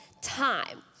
time